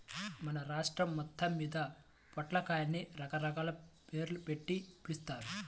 మన రాష్ట్రం మొత్తమ్మీద పొట్లకాయని రకరకాల పేర్లుబెట్టి పిలుస్తారు